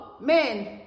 men